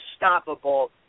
unstoppable